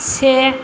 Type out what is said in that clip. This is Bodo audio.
से